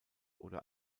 oder